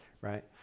right